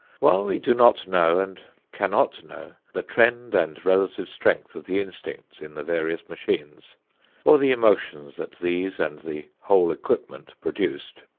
while we do not know and cannot know the trend and relative strength of the instincts in the various machines or the emotions that these and the whole equipment produced,